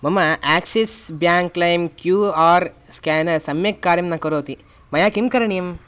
मम Axis bank लैं Q R scanner सम्यक् कार्यं न करोति मया किं करणीयम्